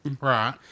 Right